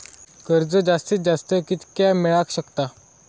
कर्ज जास्तीत जास्त कितक्या मेळाक शकता?